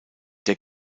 der